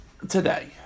Today